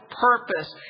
purpose